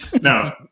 No